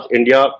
India